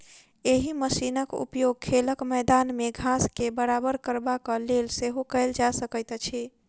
एहि मशीनक उपयोग खेलक मैदान मे घास के बराबर करबाक लेल सेहो कयल जा सकैत अछि